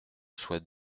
souhaite